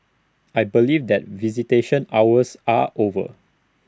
I believe that visitation hours are over